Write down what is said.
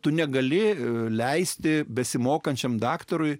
tu negali leisti besimokančiam daktarui